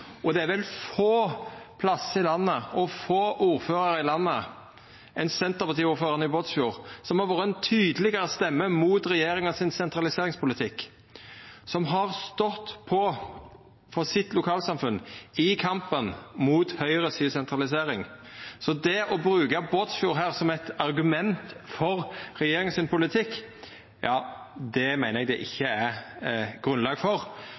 Det er vel få andre plassar i landet enn Båtsfjord, og få andre ordførarar i landet enn Senterparti-ordføraren der, som har vore ein tydelegare stemme mot sentraliseringspolitikken til regjeringa – som har stått meir på for lokalsamfunnet sitt i kampen mot sentraliseringa frå høgresida. Så det å bruka Båtsfjord som eit argument for politikken til regjeringa meiner eg det ikkje er grunnlag for.